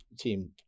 team